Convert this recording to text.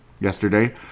yesterday